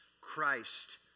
Christ